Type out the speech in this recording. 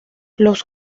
los